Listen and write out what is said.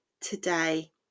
today